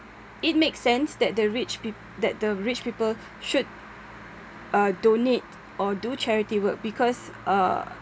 it makes sense that the rich peo~ that the rich people should uh donate or do charity work because uh